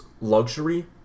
luxury